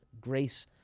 grace